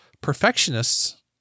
Perfectionists